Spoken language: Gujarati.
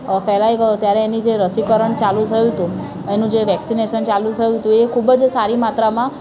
ફેલાઈ ગયો ત્યારે એની જે રસીકરણ ચાલું થયું હતું એનું જે વૅક્સિનેશન ચાલું થયું હતું એ ખૂબ જ સારી માત્રામાં